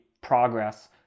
progress